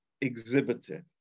exhibited